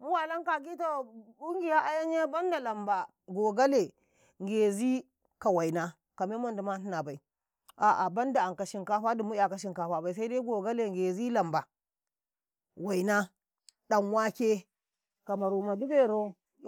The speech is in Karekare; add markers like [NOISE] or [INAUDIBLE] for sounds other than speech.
﻿mu walanka a gitau ungiya ayanye banda lamba, gogale, ngezi ka waina ka memmandi mahina bai a'a banda anka shinkafa dummu 'yaka shinkafa bai sede gogale ngezi lamba waina ɗanwake ka maru ma dibero [NOISE]